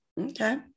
Okay